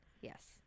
Yes